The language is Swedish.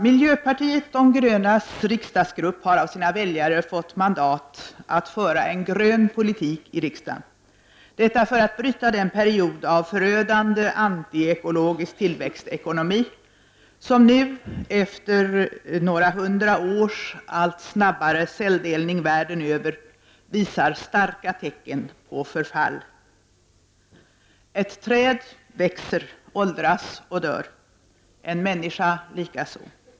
Miljöpartiet de grönas riksdagsgrupp har av sina väljare fått mandat att föra en ”grön” politik i riksdagen — detta för att bryta den period av förödande antiekologisk tillväxtekonomi som nu, efter några hundra års allt snabbare celldelning världen över, visar starka tecken på förfall. Ett träd växer, åldras och dör, en människa likaså.